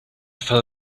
fell